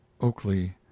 Oakley